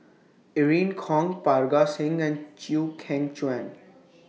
Irene Khong Parga Singh and Chew Kheng Chuan